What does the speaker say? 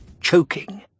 choking